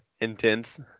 intense